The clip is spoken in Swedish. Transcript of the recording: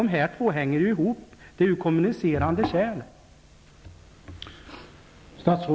Detta hänger ju ihop, det är fråga om kommunicerande kärl.